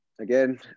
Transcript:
again